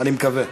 אני מקווה.